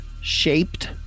shaped